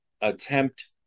attempt